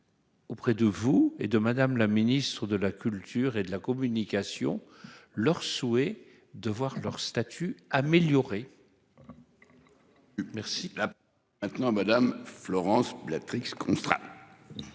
Auprès de vous et de Madame la Ministre de la Culture et de la communication. Leur souhait de voir leur statut amélioré.-- Merci. Là maintenant à madame Florence l'actrice.